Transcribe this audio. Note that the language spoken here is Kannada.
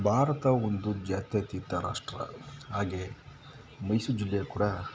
ಭಾರತ ಒಂದು ಜಾತ್ಯಾತೀತ ರಾಷ್ಟ್ರ ಹಾಗೆ ಮೈಸೂರು ಜಿಲ್ಲೆಯು ಕೂಡ